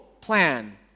plan